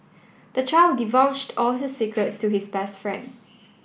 the child divulged all his secrets to his best friend